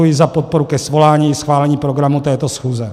Já děkuji za podporu ke svolání schválení programu této schůze.